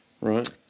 Right